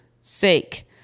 sake